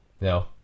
No